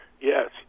yes